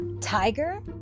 Tiger